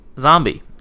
Zombie